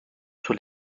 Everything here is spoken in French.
sur